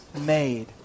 made